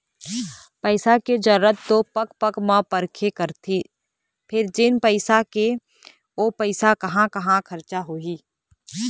पइसा के जरूरत तो पग पग म परबे करथे फेर जेन पइसा हे ओ पइसा कहाँ कहाँ खरचा होही